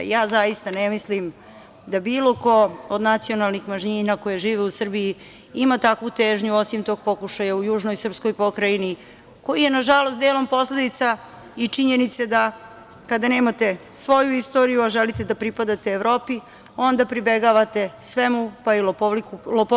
Zaista ne mislim da bilo ko od nacionalnih manjina, a koje žive u Srbiji ima takvu težnju osim tog pokušaja u južnoj srpskoj pokrajini koji je na žalost delom posledica i činjenice da kada nemate svoju istoriju, a želite da pripadate Evropi, onda pribegavate svemu pa i lopovluku.